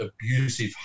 abusive